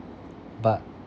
but